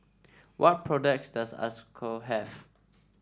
what products does Isocal have